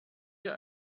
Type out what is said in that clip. wir